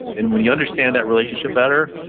and when you understand that relationship better,